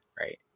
right